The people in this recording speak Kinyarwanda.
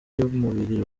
y’umubiri